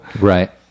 right